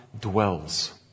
dwells